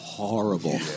Horrible